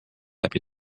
läbi